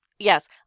Yes